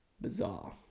bizarre